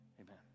amen